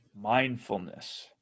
mindfulness